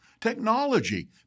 technology